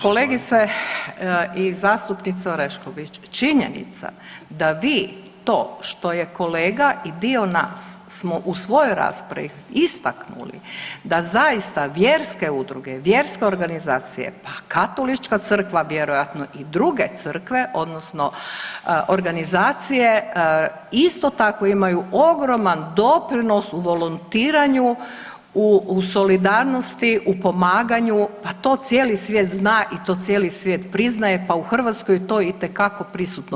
Kolegice i zastupnice Orešković, činjenica da vi to što je kolega i dio nas smo u svojoj raspravi istaknuli da zaista vjerske udruge, vjerske organizacije pa katolička crkva vjerojatno i druge crkve odnosno organizacije isto tako imaju ogroman doprinos u volontiranju, u solidarnosti, u pomaganju, pa to cijeli svijet zna i to cijeli svijet priznaje, pa u Hrvatskoj je to itekako prisutno.